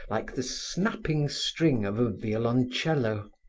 like the snapping string of a violoncello.